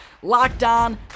LOCKEDON